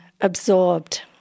absorbed